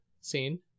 seen